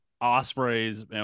Osprey's